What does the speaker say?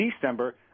December